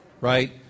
right